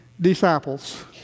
disciples